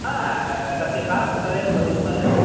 तस्य कारणं तदेव भवितुमर्हति